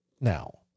now